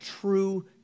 true